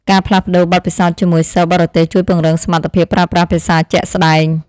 ការផ្លាស់ប្តូរបទពិសោធន៍ជាមួយសិស្សបរទេសជួយពង្រឹងសមត្ថភាពប្រើប្រាស់ភាសាជាក់ស្តែង។